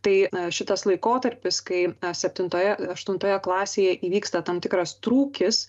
tai šitas laikotarpis kai septintoje aštuntoje klasėje įvyksta tam tikras trūkis